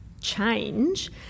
change